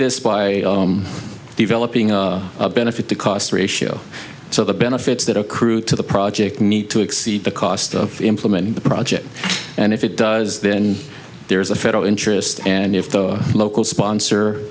this by developing a benefit to cost ratio so the benefits that accrue to the project need to exceed the cost of implementing the project and if it does then there is a federal interest and if the local sponsor